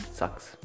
sucks